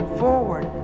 forward